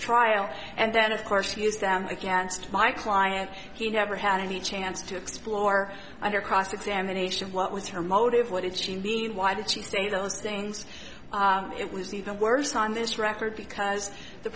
trial and then of course use them against my client he never had any chance to explore under cross examination what was her motive what did she mean why did she say those things it was even worse on this record because the